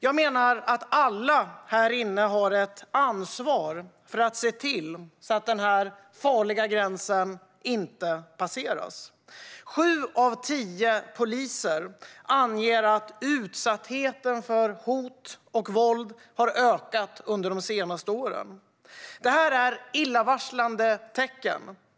Jag menar att alla här inne har ett ansvar att se till att den farliga gränsen inte passeras. Sju av tio poliser anger att utsattheten för hot och våld har ökat under de senaste åren. Det här är illavarslande tecken.